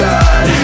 God